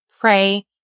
Pray